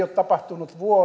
ole tapahtunut